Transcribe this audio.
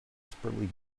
expertly